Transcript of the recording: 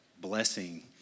blessing